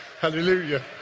Hallelujah